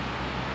sedih seh